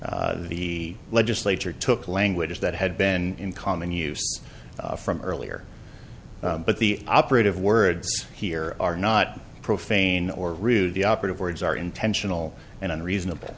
the legislature took language that had been in common use from earlier but the operative words here are not profane or rude the operative words are intentional and unreasonable